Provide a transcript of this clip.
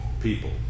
people